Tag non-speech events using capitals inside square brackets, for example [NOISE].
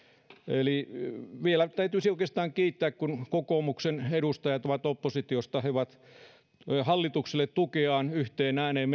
eli vielä täytyisi oikeastaan kiittää kun kokoomuksen edustajat ovat oppositiosta hallitukselle tukeaan melkein yhteen ääneen [UNINTELLIGIBLE]